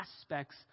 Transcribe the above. aspects